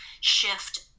shift